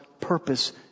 purpose